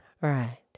Right